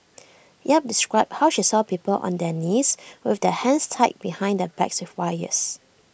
yap described how she saw people on their knees with their hands tied behind their backs with wires